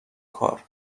کار